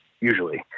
Usually